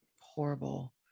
Horrible